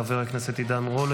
חבר הכנסת עידן רול,